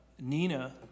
Nina